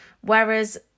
whereas